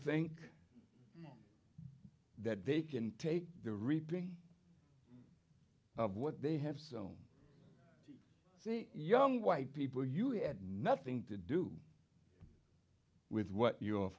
think that they can take the reaping of what they have sown the young white people you had nothing to do with what your